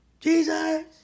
Jesus